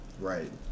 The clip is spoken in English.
Right